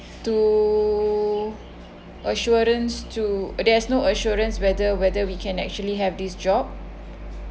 to assurance to uh there is no assurance whether whether we can actually have this job